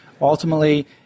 ultimately